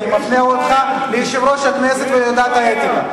אני מפנה אותך ליושב-ראש הכנסת ולוועדת האתיקה.